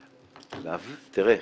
תראה,